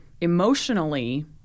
emotionally